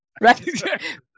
Right